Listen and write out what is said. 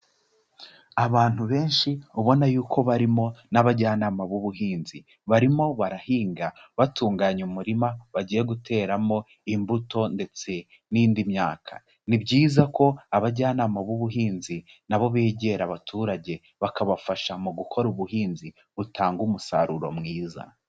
Abantu benshi ubona y'uko barimo n'abajyanama b'ubuhinzi, barimo barahinga batunganya umurima bagiye guteramo imbuto ndetse n'indi myaka, ni byiza ko abajyanama b'ubuhinzi na bo begera abaturage bakabafasha mu gukora ubuhinzi butanga umusaruro mwiza.